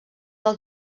del